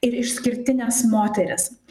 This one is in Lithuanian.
ir išskirtines moteris